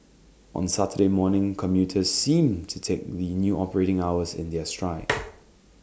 on Saturday morning commuters seemed to take the new operating hours in their stride